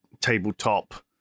tabletop